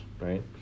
right